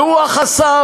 והוא החסם.